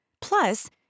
plus